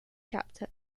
chapter